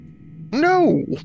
no